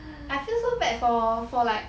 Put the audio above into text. I feel so bad for for like